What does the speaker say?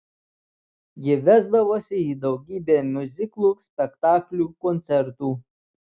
ji vesdavosi į daugybę miuziklų spektaklių koncertų